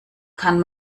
kann